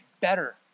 better